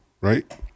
right